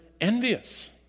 envious